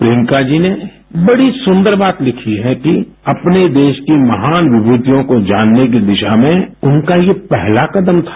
प्रियंका जी ने बड़ी सुंदर बात लिखी है कि अपने देश की महान विमूतियों को जानने की दिशा में उनका ये पहला कदम था